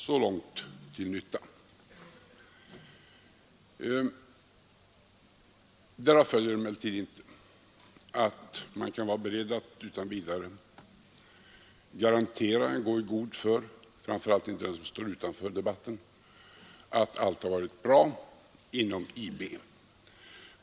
Så långt har allt detta varit till nytta. Därav följer emellertid inte att man kan vara beredd att utan vidare garantera eller gå i god för — framför allt inte den som står utanför debatten — att allt har varit bra inom IB.